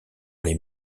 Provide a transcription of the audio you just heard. les